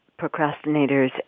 procrastinators